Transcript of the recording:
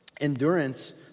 Endurance